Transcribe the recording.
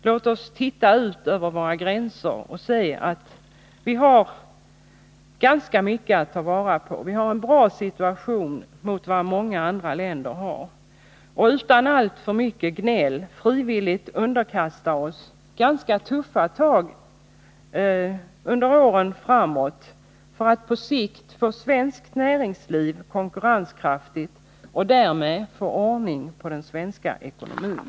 Låt oss titta ut över våra gränser och se att vi har ganska mycket att ta vara på — vi har en bra situation jämfört med vad många andra länder har — och utan allt för mycket gnäll frivilligt underkasta oss ganska tuffa tag under åren framöver för att på sikt få svenskt näringsliv konkurrenskraftigt och därmed få ordning på den svenska ekonomin.